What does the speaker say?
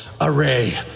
array